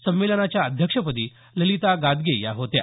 संमेलनाच्या अध्यक्षपदी ललीता गादगे या होत्या